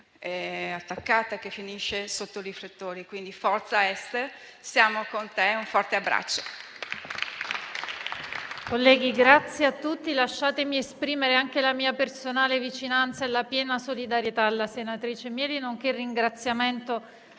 attaccata e che finisce sotto i riflettori. Quindi forza Ester, siamo con te, un forte abbraccio.